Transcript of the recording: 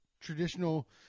traditional